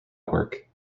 network